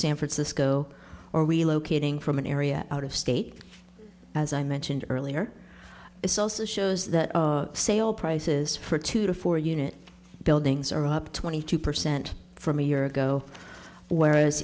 san francisco or relocating from an area out of state as i mentioned earlier this also shows that sale prices for two to four unit buildings are up twenty two percent from a year ago whereas